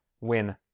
win